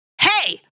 hey